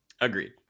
Agreed